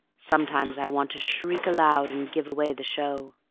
sometimes i want to shriek aloud and give away the show.